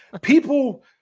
People